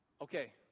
Okay